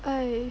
!aiya!